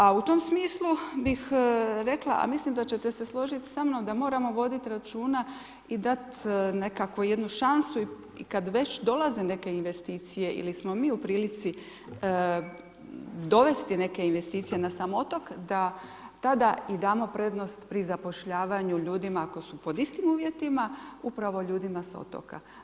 A u tom smislu bih rekla, a mislim da ćete se složiti sa mnom da moramo voditi računa i dat nekakvu jednu šansu i kada već dolaze neke investicije ili smo mi u prilici dovesti neke investicije na sam otok, da tada damo prednost pri zapošljavanju ljudima ako su pod istim uvjetima upravo ljudima s otoka.